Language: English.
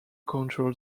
control